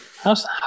How's